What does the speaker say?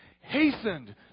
hastened